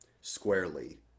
squarely